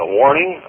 warning